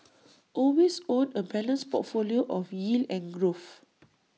always own A balanced portfolio of yield and growth